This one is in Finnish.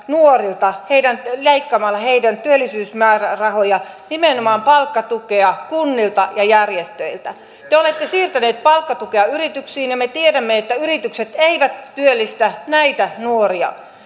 nuoria leikkaamalla heidän työllisyysmäärärahojaan nimenomaan palkkatukea kunnilta ja järjestöiltä te te olette siirtäneet palkkatukea yrityksiin ja me tiedämme että yritykset eivät työllistä näitä nuoria